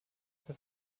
have